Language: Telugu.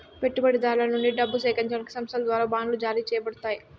పెట్టుబడిదారుల నుండి డబ్బు సేకరించడానికి సంస్థల ద్వారా బాండ్లు జారీ చేయబడతాయి